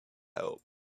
help